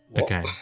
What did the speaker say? Okay